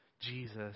Jesus